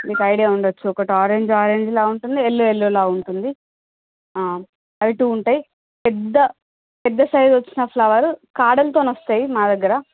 మీకు ఐడియా ఉండవచ్చు ఒకటి ఆరెంజ్ ఆరెంజ్లా ఉంటుంది యెల్లో యెల్లోలా ఉంటుంది అవి టు ఉంటాయి పెద్ద పెద్ద సైజ్ వచ్చిన ఫ్లవర్ కాడలతోను వస్తాయి మా దగ్గర